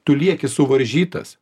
tu lieki suvaržytas